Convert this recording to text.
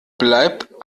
bleibt